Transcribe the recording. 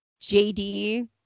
JD